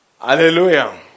Hallelujah